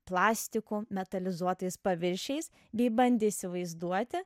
plastiku metalizuotais paviršiais bei bandė įsivaizduoti